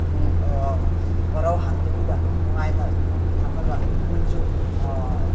ꯋꯥꯔꯧꯍꯟꯗꯕꯤꯗ ꯅꯨꯡꯉꯥꯏꯅ ꯊꯝꯃꯒ ꯃꯣꯏꯅꯁꯨ